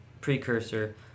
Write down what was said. precursor